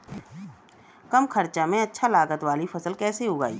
कम खर्चा में अच्छा लागत वाली फसल कैसे उगाई?